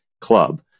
Club